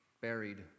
buried